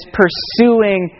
pursuing